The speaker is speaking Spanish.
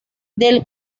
del